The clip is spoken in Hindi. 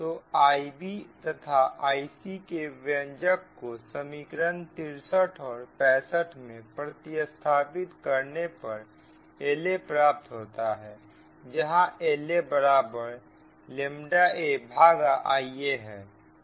तो Ib तथा Ic के व्यंजक को समीकरण 63 और 65 में प्रतिस्थापित करने पर Laप्राप्त होता है जहां La बराबर a भागा Ia है